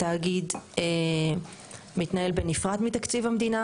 התאגיד מתנהל בנפרד מתקציב המדינה.